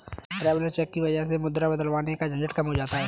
traveller cheque की वजह से मुद्राएं बदलवाने का झंझट कम हो जाता है